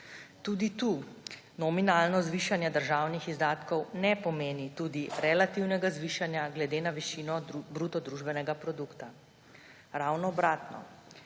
Tudi tu nominalno zvišanje državnih izdatkov ne pomeni tudi relativnega zvišanja glede na višino bruto družbenega produkta. Ravno obratno.